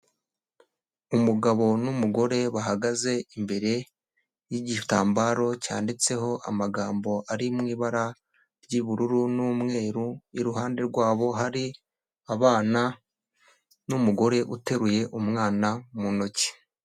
Umugabo n'umugore bahagaze imbere y'igitambaro cyanditseho amagambo ari mu ibara ry'ubururu n'umweru, iruhande rwabo hari abana n'umugore uteruye umwana mu ntoki.